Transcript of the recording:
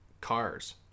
cars